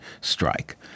strike